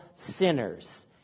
Sinners